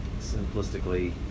simplistically